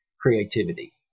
creativity